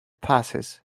passes